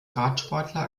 radsportler